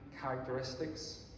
characteristics